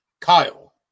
Kyle